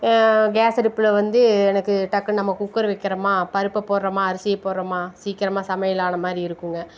case அடுப்பில் வந்து எனக்கு டக்குன்னு நம்ம குக்கர் வைக்கிறோமா பருப்பை போடுறோமா அரிசியை போடுறோமா சீக்கிரமா சமையல் ஆனமாதிரி இருக்குதுங்க